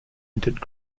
entered